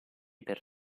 per